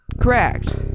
correct